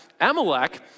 Amalek